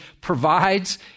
provides